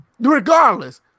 regardless